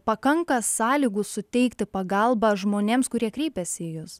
pakanka sąlygų suteikti pagalbą žmonėms kurie kreipiasi į jus